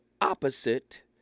opposite